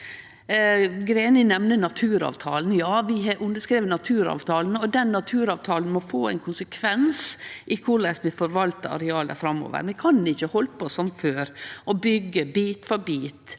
Greni nemner naturavtalen. Ja, vi har underskrive naturavtalen, og den naturavtalen må få ein konsekvens i korleis vi forvaltar areala framover. Vi kan ikkje halde på som før, å byggje bit for bit